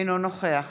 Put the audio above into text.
אינו נוכח